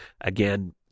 again